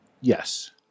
Yes